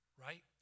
right